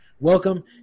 Welcome